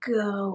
go